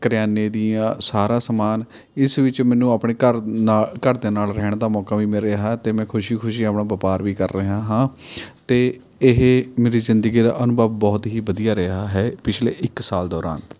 ਕਰਿਆਨੇ ਦੀਆਂ ਸਾਰਾ ਸਮਾਨ ਇਸ ਵਿੱਚ ਮੈਨੂੰ ਆਪਣੇ ਘਰ ਨਾਲ਼ ਘਰਦਿਆਂ ਨਾਲ਼ ਰਹਿਣ ਦਾ ਮੌਕਾ ਵੀ ਮਿਲ ਰਿਹਾ ਅਤੇ ਮੈਂ ਖੁਸ਼ੀ ਖੁਸ਼ੀ ਆਪਣਾ ਵਪਾਰ ਵੀ ਕਰ ਰਿਹਾ ਹਾਂ ਅਤੇ ਇਹ ਮੇਰੀ ਜ਼ਿੰਦਗੀ ਦਾ ਅਨੁਭਵ ਬਹੁਤ ਹੀ ਵਧੀਆ ਰਿਹਾ ਹੈ ਪਿਛਲੇ ਇੱਕ ਸਾਲ ਦੌਰਾਨ